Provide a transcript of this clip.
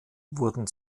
wurden